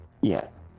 Yes